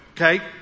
Okay